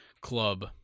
club